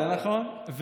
זה נכון,